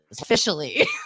officially